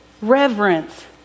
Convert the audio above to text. Reverence